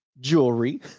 jewelry